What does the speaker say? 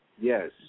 Yes